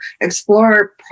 explore